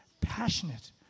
passionate